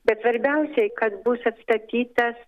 bet svarbiausiai kad bus atstatytas